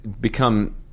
become